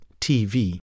TV